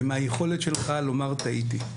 ומהיכולת שלך לומר טעיתי.